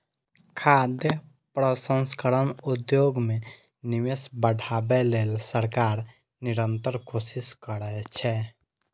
खाद्य प्रसंस्करण उद्योग मे निवेश बढ़ाबै लेल सरकार निरंतर कोशिश करै छै